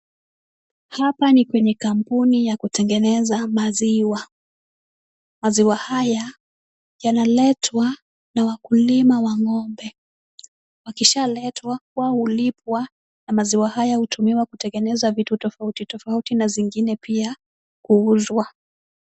Hapa ni penye kampuni ya kutengeneza maziwa. Maziwa haya yanaletwa na wakulima wa ng'ombe. Wakishaletwa wao hulipwa na maziwa haya hutumiwa kutengeneza vitu tofauti tofauti na zingine pia kuuzwa.